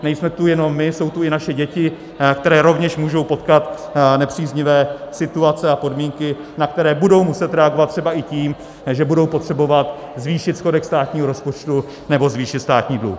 Nejsme tu jenom my, jsou tu i naše děti, které rovněž můžou potkat nepříznivé situace a podmínky, na které budou muset reagovat, třeba i tím, že budou potřebovat zvýšit schodek státního rozpočtu nebo zvýšit státní dluh.